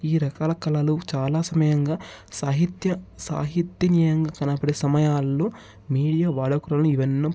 ఈ రకాల కళలు చాలా సమయంగా సాహిత్య సాహిత్యమయంగా కనపడే సమయాల్లో మీడియా వాడుకలను ఇవెన్నో